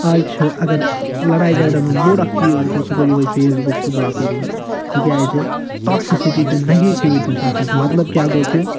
آج چھِ اگر لڑاے جگڑن ہُنٛد بوٚڈ اکھ چیٖز وٕچھو سُہ گوٚو یہٕے فیس بُک تہٕ باقٕے چیٖز تِکیٚازِ ٹاکسٕسٹی تہٕ نگیٹِوٹی چھِ اتھ پٮ۪ٹھ مطلب کیٚاہ گوٚو کہِ